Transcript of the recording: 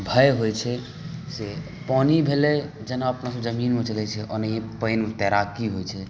भय होइ छै से पानि भेलै जेना अपना सब जमीनमे चलै छी ओनाहिये पानिमे तैराकी होइ छै